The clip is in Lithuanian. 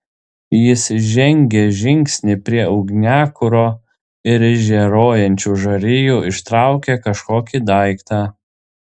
jis žengė žingsnį prie ugniakuro ir iš žėruojančių žarijų ištraukė kažkokį daiktą